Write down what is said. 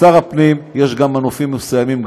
לשר הפנים יש גם מנופים מסוימים,